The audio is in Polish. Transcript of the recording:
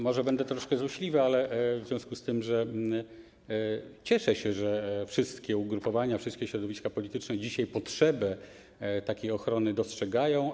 Może będę troszkę złośliwy, ale w związku z tym, że cieszę się, że wszystkie ugrupowania, wszystkie środowiska polityczne dzisiaj potrzebę takiej ochrony dostrzegają.